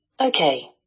Okay